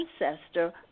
ancestor